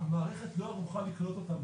המערכת לא ערוכה לקלוט אותם.